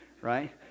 Right